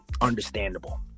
understandable